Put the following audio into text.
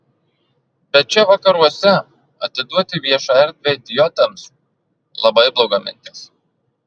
bet čia vakaruose atiduoti viešą erdvę idiotams labai bloga mintis